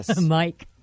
Mike